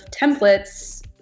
templates